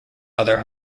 other